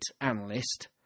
analyst